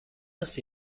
است